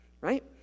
right